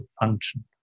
function